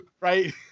Right